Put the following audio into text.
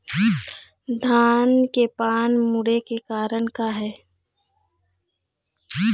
धान के पान मुड़े के कारण का हे?